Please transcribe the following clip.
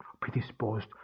predisposed